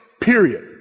period